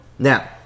Now